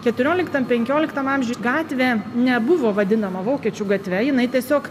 keturioliktam penkioliktam amžiuj gatvė nebuvo vadinama vokiečių gatve jinai tiesiog